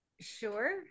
Sure